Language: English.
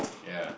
ya